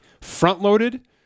Front-loaded